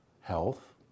health